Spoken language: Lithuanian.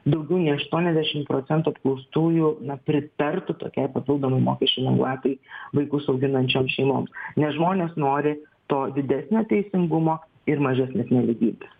daugiau nei aštuoniasdešim procentų apklaustųjų na pritartų tokiai papildomai mokesčių lengvatai vaikus auginančioms šeimoms nes žmonės nori to didesnio teisingumo ir mažesnės nelygybės